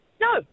No